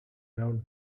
around